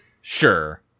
Sure